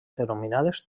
denominades